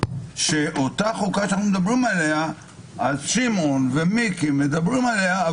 אותה חוקה ששמעון ומיקי מדברים עליה,